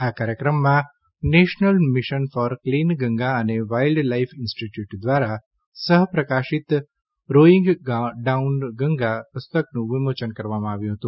આ કાર્યક્રમમાં national mission for clean Ganga અને વાઇલ્ડ લાઇફ ઇન્સ્ટિટ્યૂટ દ્વારા સહ પ્રકાશિત રોંઈંગ ડાઉન ગંગા પુસ્તકનું વિમોચન કરવામાં આ વ્યું છે